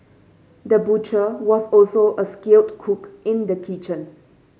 the butcher was also a skilled cook in the kitchen